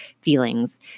feelings